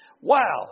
Wow